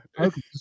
Okay